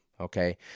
okay